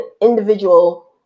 individual